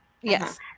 Yes